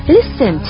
Listen